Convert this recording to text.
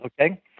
okay